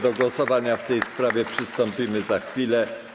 Do głosowania w tej sprawie przystąpimy za chwilę.